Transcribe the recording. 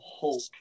Hulk